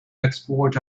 export